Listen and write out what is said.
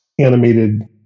Animated